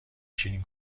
شیرین